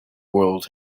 world